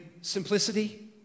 simplicity